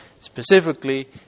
specifically